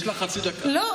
יש לך חצי דקה.